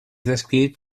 descrit